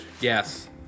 yes